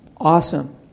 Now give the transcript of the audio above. Awesome